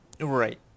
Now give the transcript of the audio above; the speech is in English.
Right